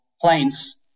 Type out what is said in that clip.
planes